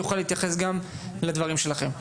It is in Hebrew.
יוכל להתייחס גם לדברים שלכם,